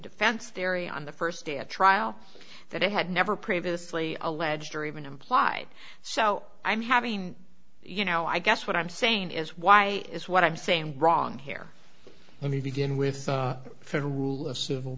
defense theory on the st day of trial that i had never previously alleged or even implied so i'm having you know i guess what i'm saying is why is what i'm saying wrong here let me begin with federal rule of civil